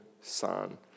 son